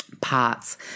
parts